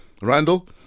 Randall